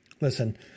Listen